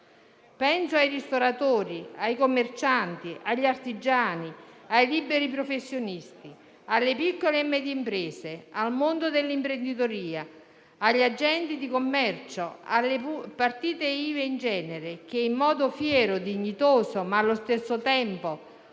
Penso ai ristoratori, ai commercianti, agli artigiani, ai liberi professionisti, alle piccole e medie imprese, al mondo dell'imprenditoria, agli agenti di commercio, alle partite IVA in genere, che in modo fiero e dignitoso, ma allo stesso tempo